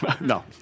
No